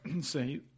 say